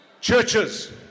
churches